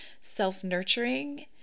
self-nurturing